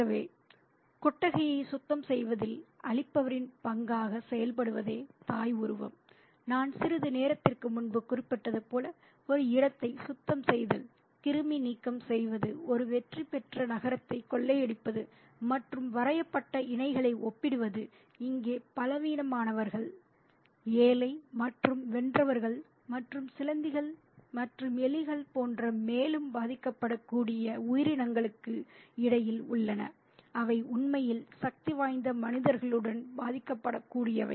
ஆகவே கொட்டகையை சுத்தம் செய்வதில் அழிப்பவரின் பங்காக செயல்படுவதே தாய் உருவம் நான் சிறிது நேரத்திற்கு முன்பு குறிப்பிட்டது போல ஒரு இடத்தை சுத்தம் செய்தல் கிருமி நீக்கம் செய்வது ஒரு வெற்றிபெற்ற நகரத்தை கொள்ளையடிப்பது மற்றும் வரையப்பட்ட இணைகளை ஒப்பிடுகிறது இங்கே பலவீனமானவர்கள் ஏழைகள் மற்றும் வென்றவர்கள் மற்றும் சிலந்திகள் மற்றும் எலிகள் போன்ற மிகவும் பாதிக்கப்படக்கூடிய உயிரினங்களுக்கு இடையில் உள்ளன அவை உண்மையில் சக்திவாய்ந்த மனிதர்களுடன் பாதிக்கப்படக்கூடியவை